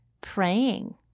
praying